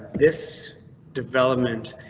this development